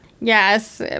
Yes